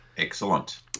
Excellent